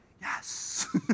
yes